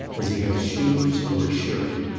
as he has shoes or a shirt.